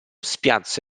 spiazzo